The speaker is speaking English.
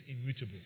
immutable